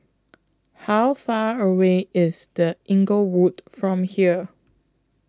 How Far away IS The Inglewood from here